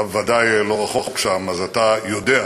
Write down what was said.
אתה בוודאי, לא רחוק, שם, אז אתה יודע,